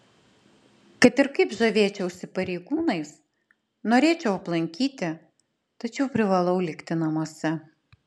kad ir kaip žavėčiausi pareigūnais norėčiau aplankyti tačiau privalau likti namuose